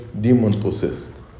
demon-possessed